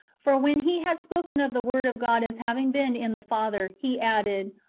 for when he had spoken of the word of god as having been in the father, he added,